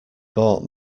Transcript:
bought